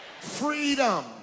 freedom